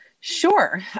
Sure